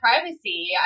privacy